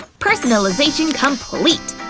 personalization complete!